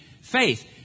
faith